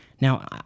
Now